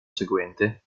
seguente